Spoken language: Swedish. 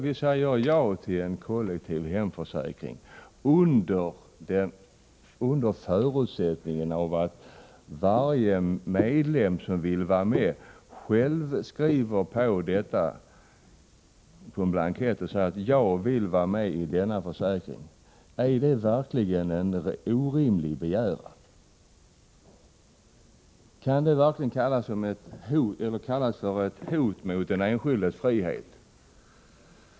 Vi säger ja till en kollektiv hemförsäkring — under den förutsättningen att varje medlem som vill vara med själv skriver på en blankett och säger: ”Jag vill vara med i denna försäkring.” Är det verkligen en orimlig begäran? Kan det verkligen kallas för ett hot mot den enskildes frihet?